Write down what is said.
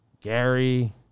Gary